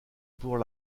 bourg